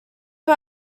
who